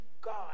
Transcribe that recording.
God